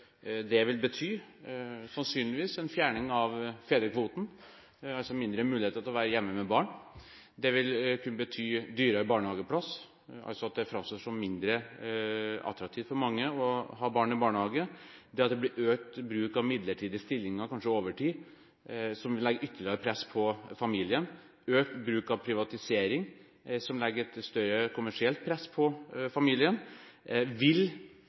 sannsynligvis vil bety en fjerning av fedrekvoten – altså mindre mulighet til å være hjemme med barn. Det vil kunne bety dyrere barnehageplass, og at det vil framstå som mindre attraktivt for mange å ha barn i barnehage. Det vil bli økt bruk av midlertidige stillinger, kanskje over tid, som vil legge ytterligere press på familien, og økt bruk av privatisering, noe som legger et større kommersielt press på familien. Spørsmålet er: Vil